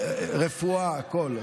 רפואה, הכול.